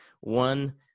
one